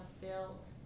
built